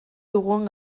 dugun